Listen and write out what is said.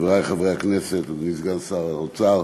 חברי חברי הכנסת, אדוני סגן שר האוצר,